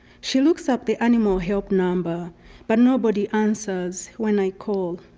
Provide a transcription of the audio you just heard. she looks up the animal help number but nobody answers when i call.